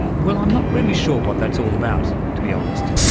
well, i'm not really sure what that's all about, to be honest.